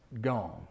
gone